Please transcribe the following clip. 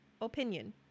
opinion